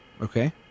Okay